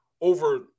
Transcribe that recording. over